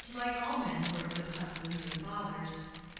and like all men who are good husbands and fathers,